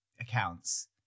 accounts